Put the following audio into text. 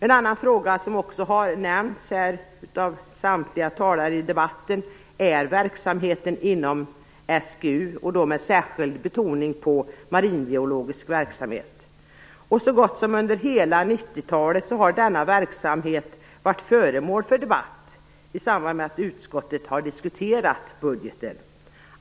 En annan fråga som också har nämnts av samtliga talare i debatten är verksamheten inom SGU och då med särskild betoning på maringeologisk verksamhet. Under så gott som hela 90-talet har denna verksamhet varit föremål för debatt i samband med att utskottet har diskuterat budgeten.